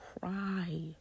cry